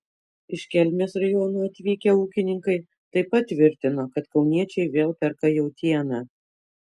iš kelmės rajono atvykę ūkininkai taip pat tvirtino kad kauniečiai vėl perka jautieną